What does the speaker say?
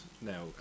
now